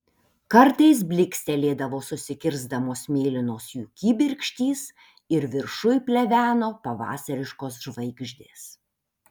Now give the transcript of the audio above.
kartais blykstelėdavo susikirsdamos mėlynos jų kibirkštys ir viršuj pleveno pavasariškos žvaigždės